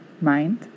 Mind